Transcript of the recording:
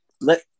let